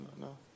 no